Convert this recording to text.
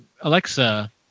Alexa